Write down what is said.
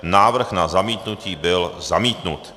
Návrh na zamítnutí byl zamítnut.